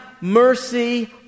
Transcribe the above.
mercy